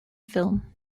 film